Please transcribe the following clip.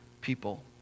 people